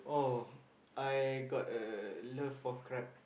oh I got a love for crab